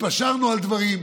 התפשרנו על דברים.